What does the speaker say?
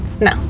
No